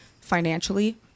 financially